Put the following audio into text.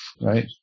right